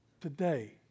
today